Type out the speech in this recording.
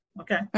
Okay